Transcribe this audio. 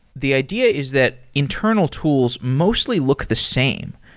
the idea is that internal tools mostly look the same.